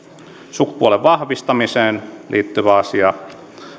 sukupuolen vahvistamiseen liittyvä asia